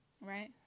right